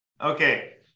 Okay